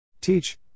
Teach